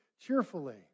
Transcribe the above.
cheerfully